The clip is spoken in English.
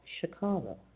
Chicago